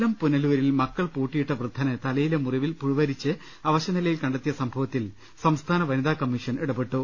കൊല്ലം പുനലൂരിൽ മക്കൾ പൂട്ടിയിട്ട വൃദ്ധനെ തലയിലെ മുറിവിൽ പുഴുവരിച്ച് അവശ നിലയിൽ കണ്ടെത്തിയ സംഭവത്തിൽ സംസ്ഥാന വനിതാ കമ്മീഷൻ ഇടപെട്ടു